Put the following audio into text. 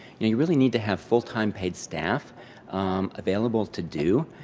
you know, you really need to have full time paid staff available to do.